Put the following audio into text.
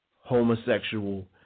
homosexual